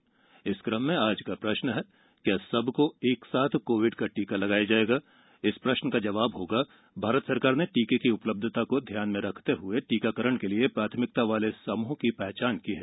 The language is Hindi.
सवाल इस कम में आज का प्रश्न है क्या सबको एक साथ कोविड का टीका लगाया जाएगा जवाब इस प्रश्न का जवाब होगा भारत सरकार ने टीके की उपलब्धता को ध्यान में रखते हुए टीकाकरण के लिए प्राथमिकता वाले समूहों की पहचान की है